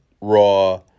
Raw